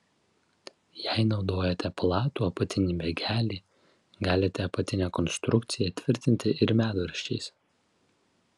jei naudojate platų apatinį bėgelį galite apatinę konstrukciją tvirtinti ir medvaržčiais